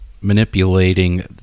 manipulating